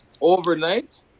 overnight